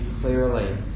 clearly